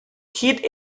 hit